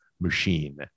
machine